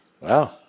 Wow